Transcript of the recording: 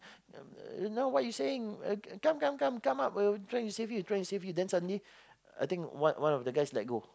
uh now what you saying uh come come come come up we're trying to save you we're trying to save you then after that I think one of the guys let go